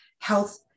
health